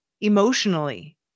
emotionally